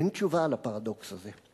אין תשובה על הפרדוקס הזה.